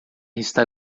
está